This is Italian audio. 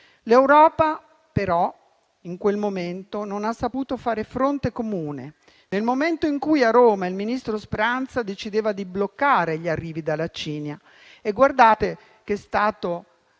L'Europa, però, in quel momento non ha saputo fare fronte comune nel momento in cui a Roma il ministro Speranza decideva di bloccare gli arrivi dalla Cina. Guardate che è stato